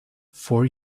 for